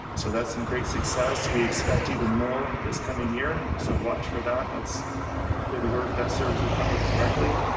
so that's a great success. we expect even more this coming year. so watch for that. that's good work that serves the public directly.